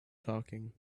talking